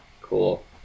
Cool